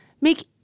make